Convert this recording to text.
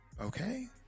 Okay